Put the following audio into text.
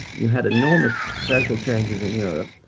you had enormous social changes in europe,